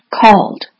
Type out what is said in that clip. called